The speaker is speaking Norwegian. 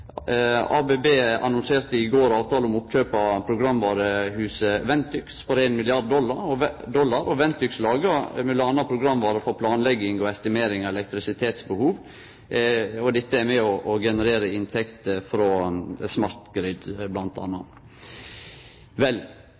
ABB annonserte i går avtale om oppkjøp av programvarehuset Ventyx for 1 milliard dollar. Ventyx lagar m.a. programvare for planlegging og estimering av elektrisitetsbehov. Dette er med på å generere inntekter